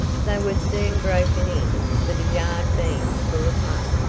they were soon broken in for the yard being full of muck,